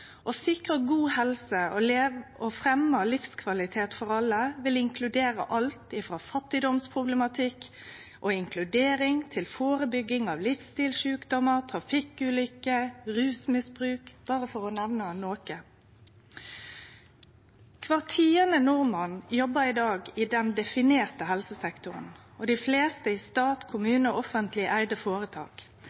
Å sikre god helse og å fremje livskvalitet for alle vil inkludere alt frå fattigdomsproblematikk og inkludering til førebygging av livsstilssjukdomar, trafikkulykker, rusmisbruk – berre for å nemne noko. Kvar tiande nordmann jobbar i dag i den definerte helsesektoren, dei fleste i